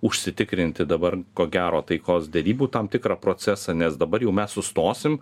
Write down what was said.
užsitikrinti dabar ko gero taikos derybų tam tikrą procesą nes dabar jau mes sustosim